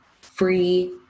free